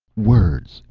words!